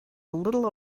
little